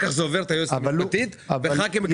עוברים סעיף-סעיף ויש